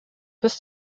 bis